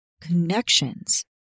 connections